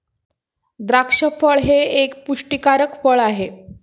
द्राक्ष फळ हे एक पुष्टीकारक फळ आहे